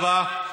תודה רבה.